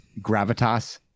gravitas